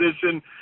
position